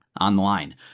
online